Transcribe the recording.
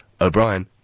O'Brien